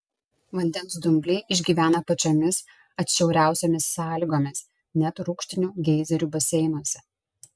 vandens dumbliai išgyvena pačiomis atšiauriausiomis sąlygomis net rūgštinių geizerių baseinuose